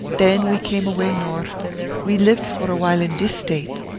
then we came away north we lived for a while in this state,